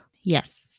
Yes